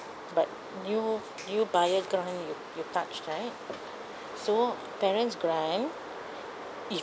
but new new buyer grant you you touched right so parents grant if